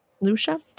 Lucia